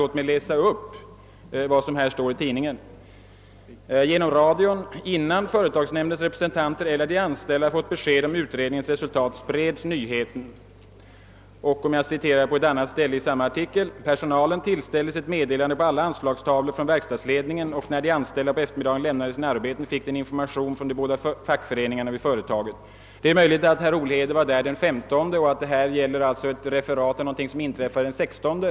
Låt mig läsa upp vad som står i tidningen: »Genom radion — innan företagsnämndens representanter eller de anställda fått besked om utredningens resultat — spreds nyheten ———.» På ett annat ställe i samma artikel kan man läsa följande: »Personalen tillställdes ett meddelande på alla anslagstavlor från verk stadsledningen och när de anställda på eftermiddagen lämnade sina arbeten fick de en information från de båda fackföreningarna vid företaget.» Det är möjligt att herr Olhede var där den 15 oktober medan det här gäller ett referat om någonting som inträffade den 16 oktober.